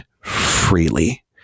freely